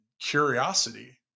curiosity